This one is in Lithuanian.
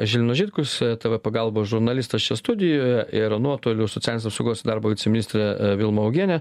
žilvinus žitkus tv pagalbos žurnalistas čia studijoje ir nuotoliu socialinės apsaugos ir darbo viceministrė vilma augienė